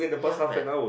ya man